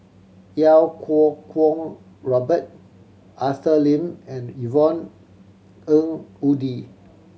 Iau Kuo Kwong Robert Arthur Lim and Yvonne Ng Uhde